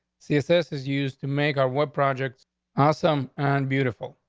css is used to make our what projects awesome on beautiful.